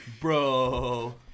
Bro